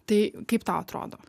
tai kaip tau atrodo